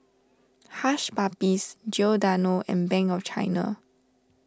Hush Puppies Giordano and Bank of China